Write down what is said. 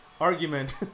argument